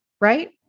right